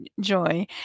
Joy